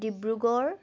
Dibrugarh